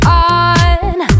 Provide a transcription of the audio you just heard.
on